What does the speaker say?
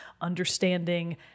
understanding